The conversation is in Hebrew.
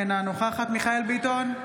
אינה נוכחת מיכאל מרדכי ביטון,